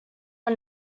one